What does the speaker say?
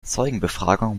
zeugenbefragung